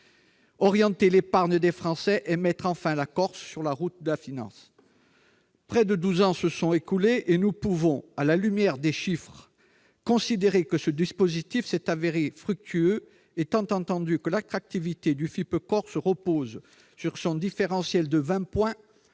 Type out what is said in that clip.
orienter l'épargne des Français et mettre enfin la Corse sur les routes de la finance. Près de douze ans se sont écoulés, et nous pouvons, à la lumière des chiffres, considérer que ce dispositif s'est révélé fructueux, étant entendu que l'attractivité du FIP Corse repose sur son différentiel de vingt points